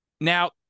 Now